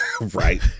right